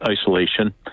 isolation